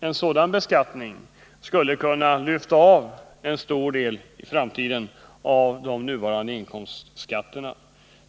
En sådan beskattning skulle i framtiden kunna lyfta av en stor del av de nu så betydande inkomstskatterna.